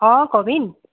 অ কবিন